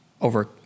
over